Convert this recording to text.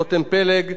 רותם פלג,